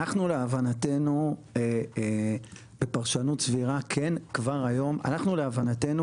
להבנתנו בפרשנות סבירה כן כבר היום,